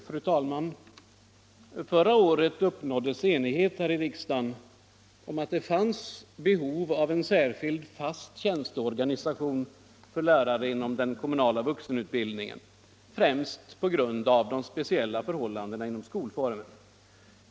Fru talman! Förra året uppnåddes enighet här i riksdagen om att det förelåg behov av en särskild fast tjänsteorganisation för lärare inom den kommunala vuxenutbildningen, främst på grund av de speciella förhållanden som råder inom skolformen.